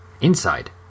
Inside